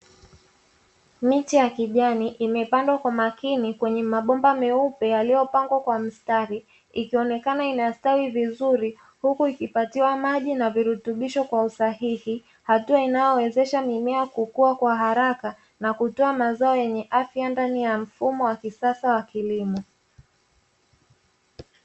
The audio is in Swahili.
Miche ya kijani imepandwa kwa makini kwenye mabomba meupe yaliyopangwa kwa mstari ikionekana inastawi vizuri huku ikipatiwa maji na virutubisho kwa usahihi. hatua inayowezesha mimea kukua kwa haraka na kutoa mazao yenye afya ndani ya mfumo wa kisasa wa kilimo.